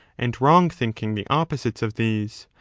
and wrong thinking the opposites of these,